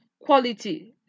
quality